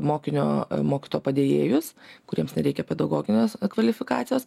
mokinio mokytojo padėjėjus kuriems nereikia pedagoginės kvalifikacijos